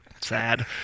Sad